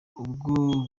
ubwo